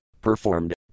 performed